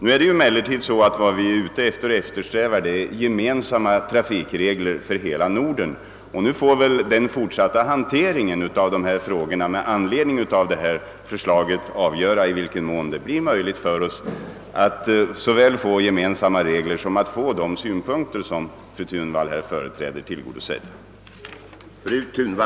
Nu är det emellertid så, att vi strävar efter gemensamma trafikregler för hela Norden. Den fortsatta handläggningen av dessa frågor med anledning av förslaget får avgöra i vilken mån det blir möjligt för oss att såväl få gemensamma regler som att få de av fru Thunvall framförda önskemålen tillgodosedda.